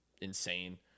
insane